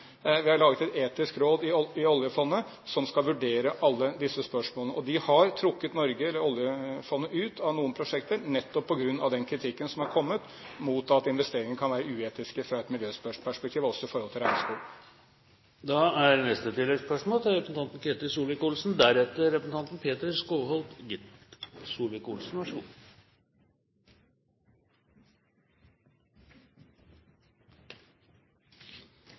som skal vurdere alle disse spørsmålene. Og vi har trukket oljefondet ut av noen prosjekter, nettopp på grunn av den kritikken som har kommet mot at investeringer kan være uetiske sett fra et miljøperspektiv, også i forhold til regnskog. Ketil Solvik-Olsen – til